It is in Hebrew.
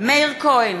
מאיר כהן,